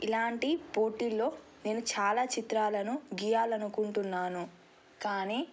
ఇలాంటి పోటీల్లో నేను చాలా చిత్రాలను గీయాలి అనుకుంటున్నాను కానీ